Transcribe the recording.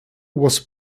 was